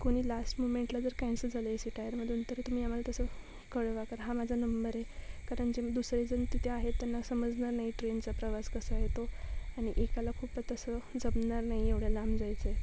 कोणी लास्ट मूमेंटला जर कॅन्सल झालं ए सी टायरमधून तर तुम्ही आम्हाला तसं कळवा तर हा माझा नंबर आहे कारण जे दुसरेजणं तिथे आहेत त्यांना समजणार नाही ट्रेनचा प्रवास कसा आहे तो आणि एकाला खूप तसं जमणार नाही एवढ्या लांब जायचं आहे